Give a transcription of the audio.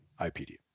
IPD